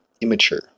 immature